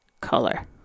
color